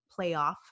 playoff